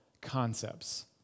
concepts